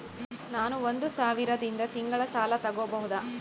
ನಾನು ಒಂದು ಸಾವಿರದಿಂದ ತಿಂಗಳ ಸಾಲ ತಗಬಹುದಾ?